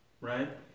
right